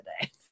today